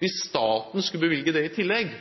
Hvis staten skulle finansiere det i tillegg,